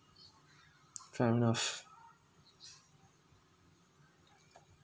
fairness